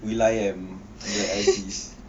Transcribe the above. will I am black eyes peas